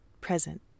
Present